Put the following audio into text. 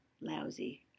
lousy